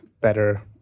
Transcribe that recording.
better